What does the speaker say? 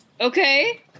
Okay